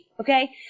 Okay